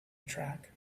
track